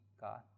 God